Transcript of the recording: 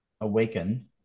awaken